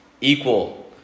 equal